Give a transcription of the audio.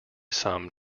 some